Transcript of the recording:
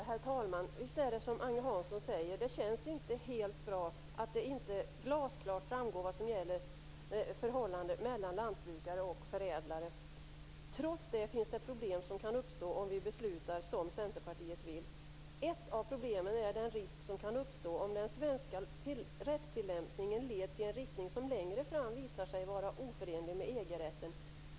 Herr talman! Visst är det som Agne Hansson säger. Det känns inte helt bra att det inte glasklart framgår vad som gäller i förhållandet mellan lantbrukare och förädlare. Trots det kan det uppstå problem om vi beslutar som Centerpartiet vill. Ett av problemen är den risk som kan uppstå om den svenska rättstillämpningen leds i en riktning som längre fram visar sig vara oförenlig med EG-rätten.